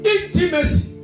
Intimacy